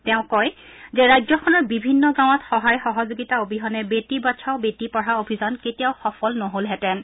তেওঁ কয় যে ৰাজ্যখনৰ বিভিন্ন গাঁৱত সহায় সহযোগিতা অবিহনে বেটী বচাও বেটী পঢ়াও অভিযান কেতিয়াও সফল নহলহেঁতেন